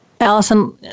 Allison